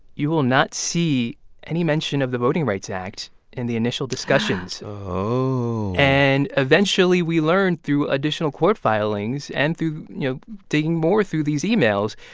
you will not see any mention of the voting rights act in the initial discussions oh and eventually, we learned through additional court filings and through, you know, digging more through these emails